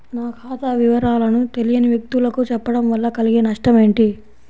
నా ఖాతా వివరాలను తెలియని వ్యక్తులకు చెప్పడం వల్ల కలిగే నష్టమేంటి?